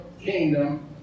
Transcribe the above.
kingdom